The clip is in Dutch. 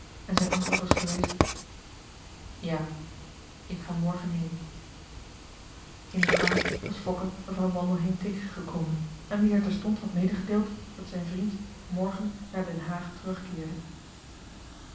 en zijn antwoord was geweest ja ik ga morgen heen in den gang was fokke mevrouw wandelheem tegengekomen aan wie hij terstond had medegedeeld dat zijn vriend morgen naar den haag terugkeerde